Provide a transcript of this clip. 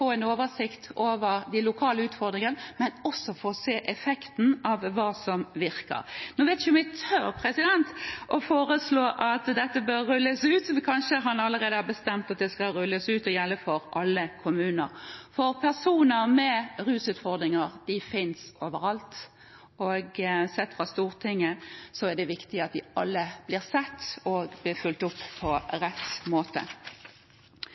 for å se effekten av hva som virker. Nå vet jeg ikke om jeg tør å foreslå at dette bør rulles ut. Kanskje har man allerede bestemt at det skal rulles ut og gjelde for alle kommuner – for personer med rusutfordringer finnes over alt, og sett fra Stortinget er det viktig at alle blir sett og fulgt opp på rett måte.